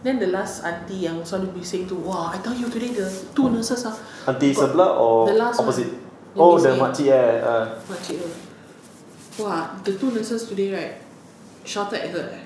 then the last aunty yang selalu bising itu !wah! I tell you really ah the two nurses ah got the last one yang bising makcik itu !wah! the two nurses today right shouted at her eh